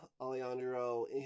Alejandro